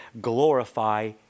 glorify